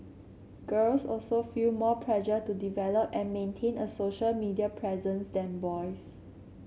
girls also feel more pressure to develop and maintain a social media presence than boys